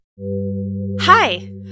Hi